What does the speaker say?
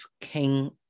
King